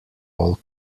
all